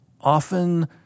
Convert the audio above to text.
often